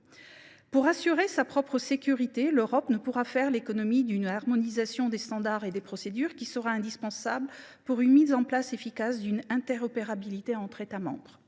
Pour assurer sa propre sécurité, l’Europe ne pourra faire l’économie d’une harmonisation des standards et des procédures, harmonisation qui sera indispensable pour une mise en place efficace d’une interopérabilité entre États membres.